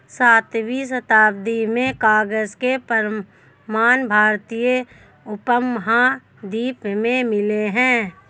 सातवीं शताब्दी में कागज के प्रमाण भारतीय उपमहाद्वीप में मिले हैं